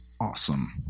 awesome